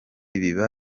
biba